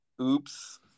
Oops